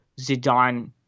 Zidane